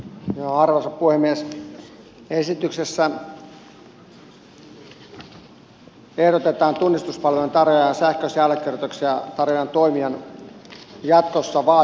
sähköisiä allekirjoituksia tarjoavan toimijan tulisi jatkossa vaatia henkilötunnus henkilön tunnistamiseksi